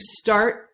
start